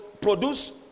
produce